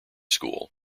school